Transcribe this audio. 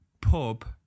pub